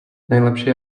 nejlepší